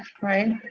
right